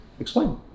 Explain